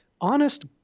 honest